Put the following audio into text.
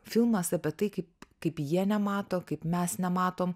filmas apie tai kaip kaip jie nemato kaip mes nematom